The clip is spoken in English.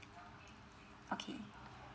okay